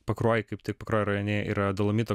pakruojy kaip tik pakruojo rajone yra dolomito